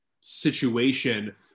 situation